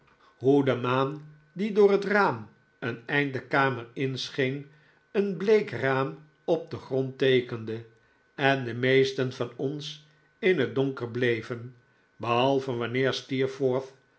de maan die door het raam een eind de kamer in scheen een bleek raam op den grond teekende en de meesten van ons in het donker bleven behalve wanneer